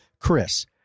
Chris